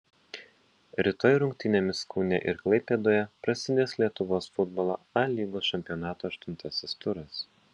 rytoj rungtynėmis kaune ir klaipėdoje prasidės lietuvos futbolo a lygos čempionato aštuntasis turas